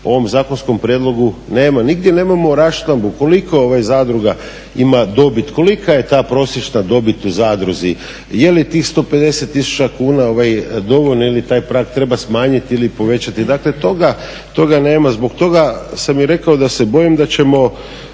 u ovom zakonskom prijedlogu nema nigdje, nemamo rasčlanbu koliko zadruga ima dobit, kolika je ta prosječna dobit u zadruzi, je li tih 150 tisuća kuna dovoljno ili taj prag treba smanjiti ili povećati. Dakle toga nema. Zbog toga sam i rekao da se bojim da ćemo